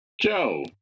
Joe